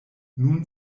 nun